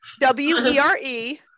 w-e-r-e